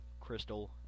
Crystal